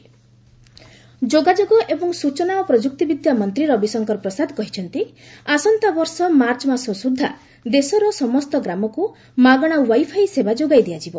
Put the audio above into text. wifi ଯୋଗାଯୋଗ ଏବଂ ସୂଚନା ଓ ପ୍ରଯୁକ୍ତି ବିଦ୍ୟା ମନ୍ତ୍ରୀ ରବିଶଙ୍କର ପ୍ରସାଦ କହିଛନ୍ତି ଆସନ୍ତାବର୍ଷ ମାର୍ଚ୍ଚ ମାସ ସୁଦ୍ଧା ଦେଶର ସମସ୍ତ ଗ୍ରାମକୁ ମାଗଣା ୱାଇଫାଇ ସେବା ଯୋଗାଇ ଦିଆଯିବ